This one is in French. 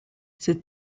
cette